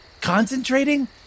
concentrating